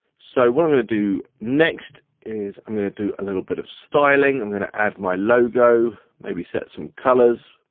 so what i'm gonna do next is i'm gonna do a little bit of styling, i'm gonna add my logo, maybe set some colours,